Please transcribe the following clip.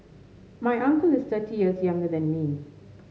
my uncle is thirty years younger than me